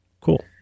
Cool